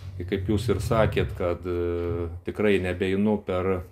i kaip jūs ir sakėt kad tikrai nebeeinu per